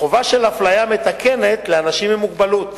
חובה של אפליה מתקנת לאנשים עם מוגבלות